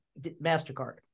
MasterCard